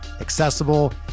accessible